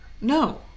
No